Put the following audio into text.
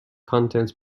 content